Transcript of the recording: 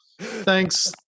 Thanks